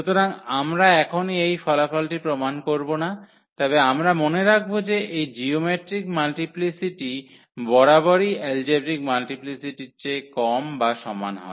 সুতরাং আমরা এখনই এই ফলাফলটি প্রমাণ করব না তবে আমরা মনে রাখব যে এই জিওমেট্রিক মাল্টিপ্লিসিটি বরাবরই এলজেব্রিক মাল্টিপ্লিসিটির চেয়ে কম বা সমান হয়